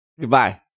Goodbye